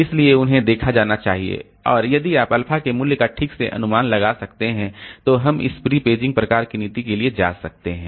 इसलिए उन्हें देखा जाना चाहिए और यदि आप अल्फा के मूल्य का ठीक से अनुमान लगा सकते हैं तो हम इस प्री पेजिंग प्रकार की नीति के लिए जा सकते हैं